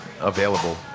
available